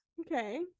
Okay